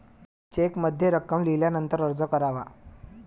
चेकमध्ये रक्कम लिहिल्यानंतरच अर्ज करावा